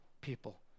people